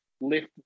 lift